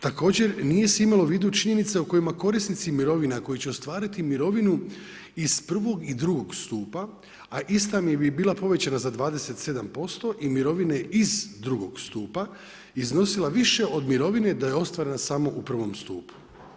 Također nije se imalo u vidu činjenica u kojima korisnici mirovina koji će ostvariti mirovinu iz prvog i drugog stupa, a ista bi im bila povećana za 27% i mirovine iz drugog stupa iznosila više od mirovine da je ostvarena samo u prvom stupu.